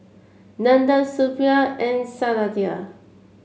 Nandan Suppiah and Satya